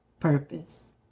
purpose